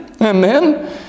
Amen